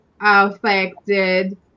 affected